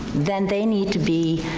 then they need to be.